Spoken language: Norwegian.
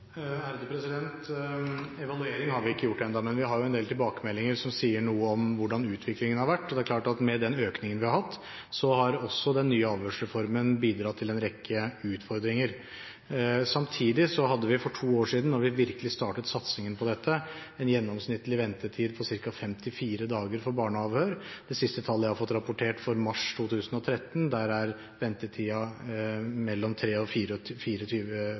Evaluering har vi ikke gjort ennå, men vi har en del tilbakemeldinger som sier noe om hvordan utviklingen har vært. Det er klart at med den økningen vi har hatt, har også den nye avhørsreformen bidratt til en rekke utfordringer. Samtidig hadde vi for to år siden, da vi virkelig startet satsingen på dette, en gjennomsnittlig ventetid på ca. 54 dager for barneavhør. Det siste tallet jeg har fått rapportert, for mars, viser at ventetiden er mellom 23 og